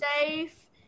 safe